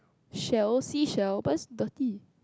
shells seashells but it's dirty